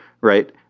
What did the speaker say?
Right